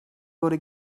wurde